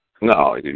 No